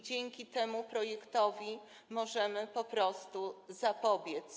Dzięki temu projektowi możemy po prostu temu zapobiec.